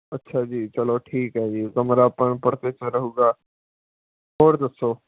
ਅੱਛਾ ਜੀ ਚਲੋ ਠੀਕ ਹੈ ਜੀ ਕਮਰਾ ਆਪਾਂ ਨੂੰ ਪਰ ਰਹੂਗਾ ਹੋਰ ਦੱਸੋ